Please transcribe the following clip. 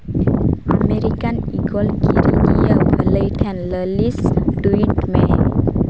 American ᱤᱜᱚᱞ ᱵᱷᱟᱹᱞᱟᱹᱭ ᱴᱷᱮᱱ ᱞᱟᱹᱞᱤᱥ ᱴᱩᱭᱤᱴ ᱢᱮ